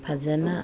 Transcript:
ꯐꯖꯅ